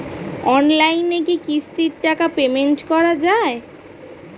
অনলাইনে কি কিস্তির টাকা পেমেন্ট করা যায়?